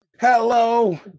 Hello